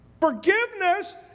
Forgiveness